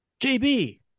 JB